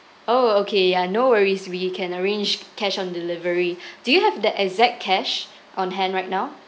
oh okay ya no worries we can arrange cash on delivery do you have the exact cash on hand right now